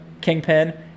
Kingpin